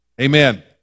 Amen